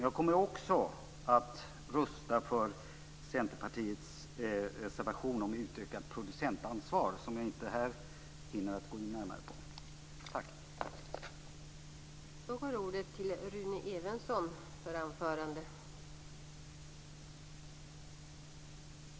Jag kommer också att rösta för Centerpartiets reservation om utökat producentansvar, som jag inte här hinner gå närmare in på.